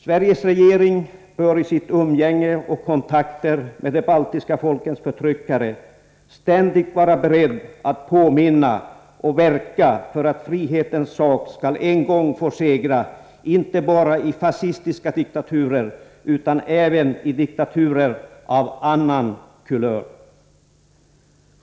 Sveriges regering bör i sitt umgänge och sina kontakter med de baltiska folkens förtryckare ständigt vara beredd att påminna om och verka för att frihetens sak en gång skall få segra inte bara i fascistiska diktaturer utan även i diktaturer av annan kulör.